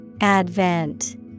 Advent